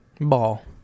Ball